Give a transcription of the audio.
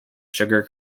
sugar